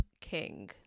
king